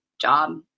job